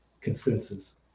consensus